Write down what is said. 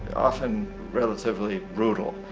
often relatively brutal.